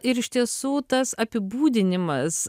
ir iš tiesų tas apibūdinimas